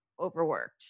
Overworked